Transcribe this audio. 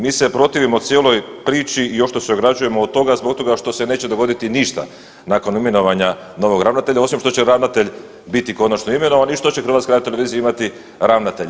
Mi se protivimo cijeloj priči i još što se ograđujemo od toga zbog toga što se neće dogoditi ništa nakon imenovanja novog ravnatelja osim što će ravnatelj biti konačno imenovan i što će HRT imati ravnatelja.